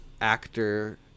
actor